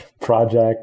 project